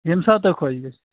ییٚمہِ ساتہٕ تۄہہِ خۄش گژھِ